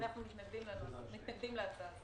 אנחנו מתנגדים להצעה הזו.